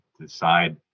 decide